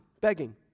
begging